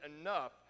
enough